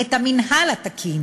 את המינהל התקין.